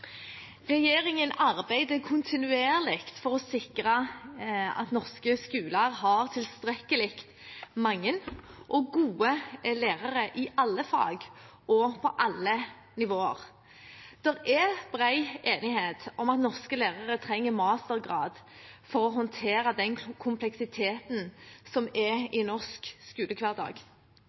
Regjeringen arbeider kontinuerlig for å sikre at norske skoler har tilstrekkelig mange og gode lærere i alle fag og på alle nivåer. Det er bred enighet om at norske lærere trenger mastergrad for å håndtere den kompleksiteten som er i norsk skolehverdag.